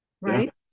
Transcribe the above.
right